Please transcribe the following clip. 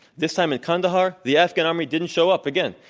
this time in kandahar, the afghan army didn't show up again.